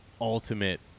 ultimate